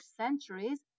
centuries